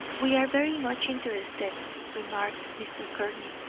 we are very much interested, remarked mr. courtney.